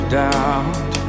doubt